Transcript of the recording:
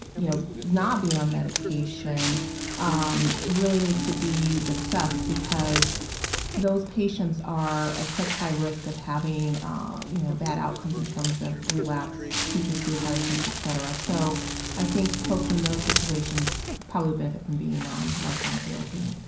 yeah you know not being on medication um really needs to be discussed because those patients are at such high risk of having ah you know bad outcomes in terms of relapse, future suicide attempts, et cetera. so i think folks in those situations will probably benefit from being on lifelong therapy.